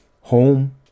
Home